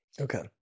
Okay